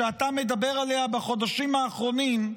שאתה מדבר עליה בחודשים האחרונים,